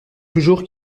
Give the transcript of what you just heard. toujours